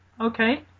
Okay